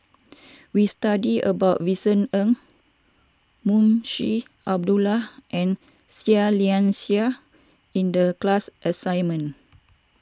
we studied about Vincent Ng Munshi Abdullah and Seah Liang Seah in the class assignment